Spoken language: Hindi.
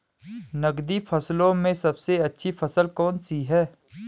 नकदी फसलों में सबसे अच्छी फसल कौन सी है?